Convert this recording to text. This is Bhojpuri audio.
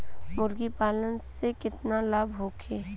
मुर्गीपालन से केतना लाभ होखे?